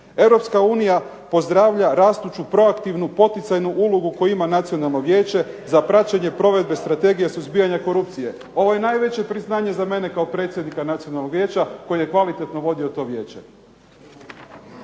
EU. EU pozdravlja rastuću proaktivnu, poticajnu ulogu koju ima Nacionalno vijeće za praćenje provedbe Strategije suzbijanja korupcije. Ovo je najveće priznanje za mene kao predsjednika Nacionalnog vijeća koji je kvalitetno vodio to vijeće.